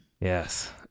Yes